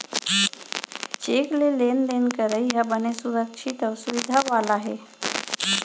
cheque ले लेन देन करई ह बने सुरक्छित अउ सुबिधा वाला हे